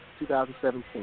2017